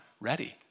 ready